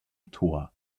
tor